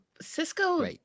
Cisco